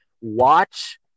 watch